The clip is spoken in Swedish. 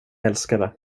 älskar